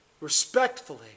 respectfully